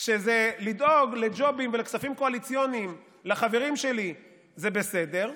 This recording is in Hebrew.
כשזה לדאוג לג'ובים ולכספים קואליציוניים לחברים שלי זה בסדר,